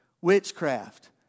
Witchcraft